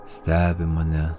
stebi mane